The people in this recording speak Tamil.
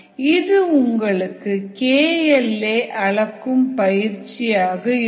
இது உங்களுக்கு KL a அளக்கும் பயிற்சி ஆக இருக்கும்